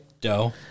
Dough